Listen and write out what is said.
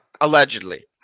Allegedly